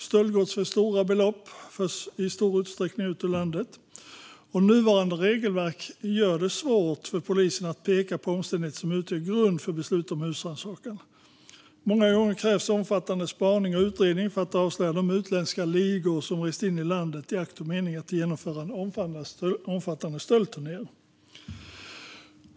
Stöldgods för stora belopp förs i stor utsträckning ut ur landet. Nuvarande regelverk gör det svårt för polisen att peka på omständigheter som utgör grund för beslut om husrannsakan. Många gånger krävs omfattande spaning och utredning för att avslöja de utländska ligor som rest in i landet i akt och mening att genomföra omfattande stöldturnéer.